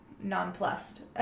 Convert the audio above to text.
nonplussed